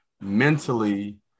mentally